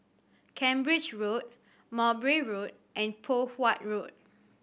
Cambridge Road Mowbray Road and Poh Huat Road